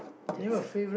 get set